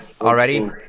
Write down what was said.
Already